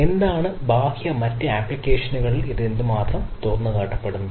എന്താണ് ബാഹ്യ മറ്റ് ആപ്ലിക്കേഷനുകളിലേക്ക് ഇത് എത്രമാത്രം തുറന്നുകാട്ടപ്പെടുന്നത്